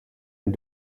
and